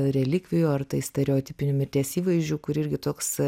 relikvijų ar tai stereotipinių mirties įvaizdžių kur irgi toks